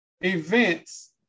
events